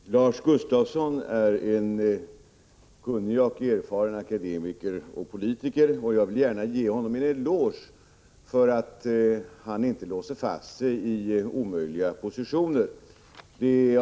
Fru talman! Lars Gustafsson är en kunnig och erfaren akademiker och politiker. Jag vill gärna ge honom en eloge för att han inte låser fast sig i omöjliga positioner.